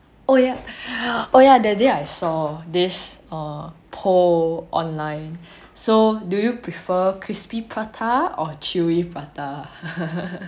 oh ya oh ya that day I saw this err poll online so do you prefer crispy prata or chewy prata